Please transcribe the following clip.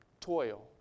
toil